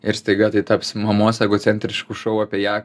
ir staiga tai taps mamos egocentrišku šou apie ją